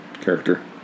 character